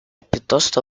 piuttosto